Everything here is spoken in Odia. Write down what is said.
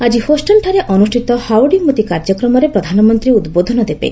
ଆଜି ହୋଷ୍ଟନଠାରେ ଅନୁଷ୍ଠିତ ହାଉଡୀ ମୋଦି କାର୍ଯ୍ୟକ୍ରମରେ ପ୍ରଧାନମନ୍ତ୍ରୀ ଉଦ୍ବୋଧନ ଦେବେ